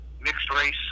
mixed-race